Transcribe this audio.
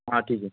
हां ठीक आहे